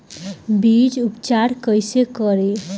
बीज उपचार कईसे करी?